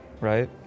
Right